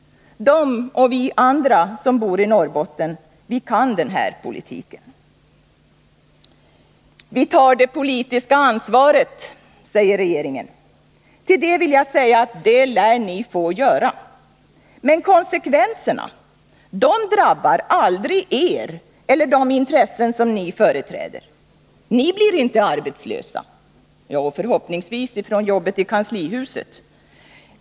De och vi andra som bor i Norrbotten kan den här politiken. Vi tar det politiska ansvaret, säger regeringen. Till det vill jag säga att det lär ni få göra. Men konsekvenserna, de drabbar aldrig er eller de intressen som ni företräder. Ni blir inte arbetslösa, jo, förhoppningsvis från arbetet i kanslihuset.